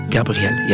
Gabriel